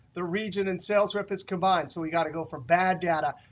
the region and sales rep is combined. so we've got to go from bad data,